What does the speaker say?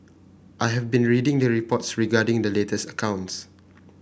I have been reading the reports regarding the latest accounts